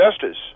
Justice